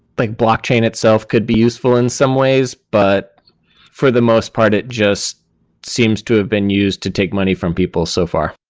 like blockchain itself could be useful in some ways. but for the most part, it just seems to have been used to take money from people so far.